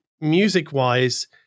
music-wise